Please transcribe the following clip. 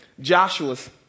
Joshua's